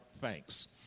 thanks